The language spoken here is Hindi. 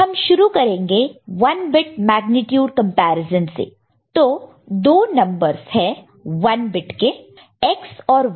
हम शुरू करेंगे 1 बिट मेग्नीट्यूड कॅम्पैरिसॅन से तो दो नंबरस है 1 बिट के X और Y